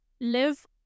live